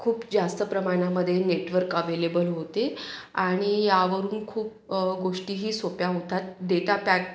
खूप जास्त प्रमाणामध्ये नेटवर्क अवेलेबल होते आणि यावरून खूप गोष्टीही सोप्या होतात डेटा पॅक